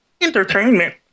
entertainment